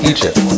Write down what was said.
Egypt